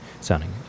sounding